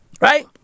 Right